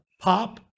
pop